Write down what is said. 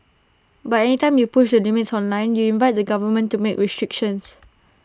but any time you push the limits online you invite the government to make restrictions